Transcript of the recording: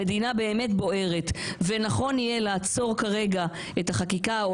המדינה באמת בוערת ונכון יהיה לעצור כרגע את החקיקה או